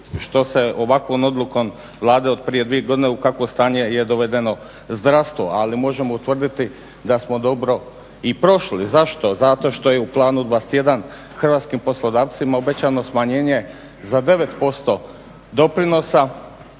što se ovakvom odlukom Vlade od prije dvije godine u kakvo stanje je dovedeno zdravstvo. Ali možemo utvrditi da smo dobro i prošli. Zašto? Zato što je u Planu 21 hrvatskim poslodavcima obećano smanjenje za 9% doprinosa